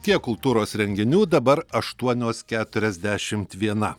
tiek kultūros renginių dabar aštuonios keturiasdešimt viena